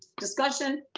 discussion.